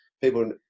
people